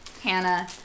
Hannah